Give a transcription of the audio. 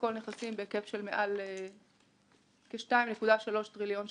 הוא בהיקף של מעל כ-2.3 טריליון שקלים.